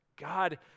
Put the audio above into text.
God